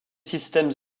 systèmes